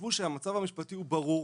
חשבו שהמצב המשפטי הוא ברור,